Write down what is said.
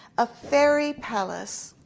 a fairy palace.